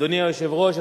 אדוני היושב-ראש,